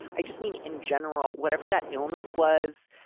i just mean, in general, whatever that illness was,